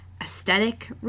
aesthetic